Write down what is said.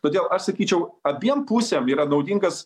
todėl aš sakyčiau abiem pusėm yra naudingas